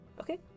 Okay